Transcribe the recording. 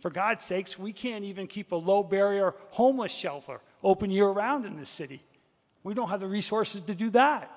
for god sakes we can't even keep a low barrier homeless shelter open year round in the city we don't have the resources to do that